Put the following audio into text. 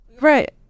right